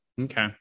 okay